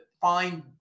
find